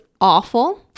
awful